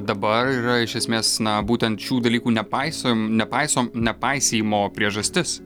dabar yra iš esmės na būtent šių dalykų nepaisom nepaisom nepaisymo priežastis